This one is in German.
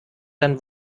dann